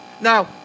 now